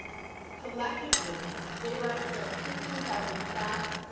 collectively they represent fifteen thousand staff,